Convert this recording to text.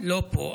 לא פה,